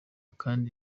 kandi